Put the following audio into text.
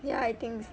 ya I think